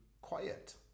quiet